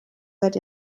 seit